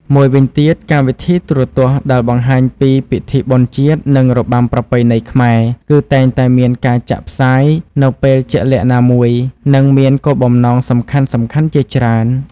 មួយវិញទៀត កម្មវិធីទូរទស្សន៍ដែលបង្ហាញពីពិធីបុណ្យជាតិ និងរបាំប្រពៃណីខ្មែរ គឺតែងតែមានការចាក់ផ្សាយនៅពេលជាក់លាក់ណាមួយ និងមានគោលបំណងសំខាន់ៗជាច្រើន។